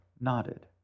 nodded